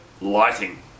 lighting